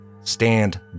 Stand